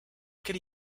could